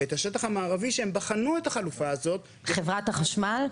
ואת השטח המערבי שהם בחנו את החלופה הזו --- חברת החשמל?